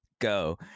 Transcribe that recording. go